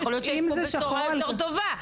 אז יכול להיות שיש פה בשורה יותר טובה.